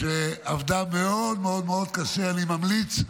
שעבדה מאוד מאוד מאוד קשה, אני ממליץ,